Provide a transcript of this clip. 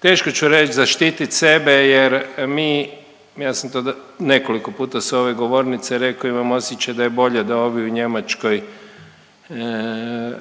teško ću reć zaštitit sebe jer mi ja sam to nekoliko puta s ove govornice rekao, imam osjećaj da je bolje da ovi u Njemačkoj